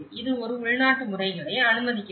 இது ஒரு உள்நாட்டு முறைகளை அனுமதிக்கிறது